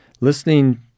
listening